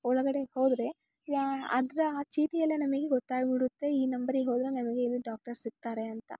ಒಳಗಡೆ ಹೋದರೆ ಯಾ ಅದ್ರ ಚೀಟಿಯಲ್ಲೆ ನಮಗೆ ಗೊತ್ತಾಗ್ಬಿಡುತ್ತೆ ಈ ನಂಬರಿಗೆ ಹೋದರೆ ನಮಗೆ ಇಲ್ಲಿ ಡಾಕ್ಟರ್ ಸಿಗ್ತಾರೆ ಅಂತ